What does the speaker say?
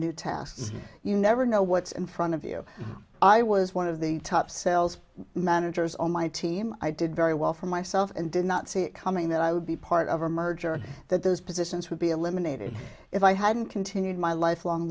new tasks you never know what's in front of you i was one of the top sales managers on my team i did very well for myself and did not see it coming that i would be part of a merger that those positions would be eliminated if i hadn't continued my lifelong